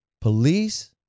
police